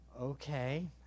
okay